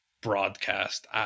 broadcast